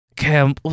Cam